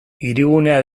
hirigunea